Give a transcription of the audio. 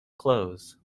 clothes